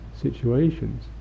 situations